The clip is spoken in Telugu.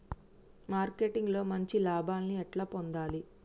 మార్కెటింగ్ లో మంచి లాభాల్ని ఎట్లా పొందాలి?